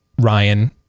Ryan